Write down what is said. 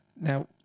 Now